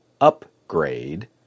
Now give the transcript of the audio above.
upgrade